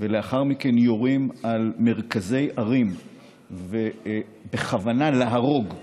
ולאחר מכן יורים על מרכזי ערים בכוונה להרוג אזרחים,